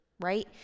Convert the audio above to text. right